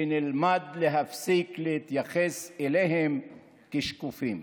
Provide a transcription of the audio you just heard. שנלמד להפסיק להתייחס אליהם כשקופים.